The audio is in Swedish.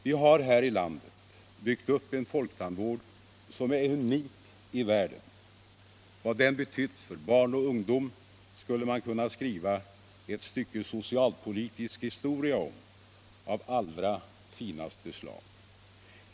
Vi har här i landet byggt upp en folktandvård som är unik i världen. Vad den betytt för barn och ungdom skulle man kunna skriva ett stycke socialpolitisk historia om av allra finaste slag.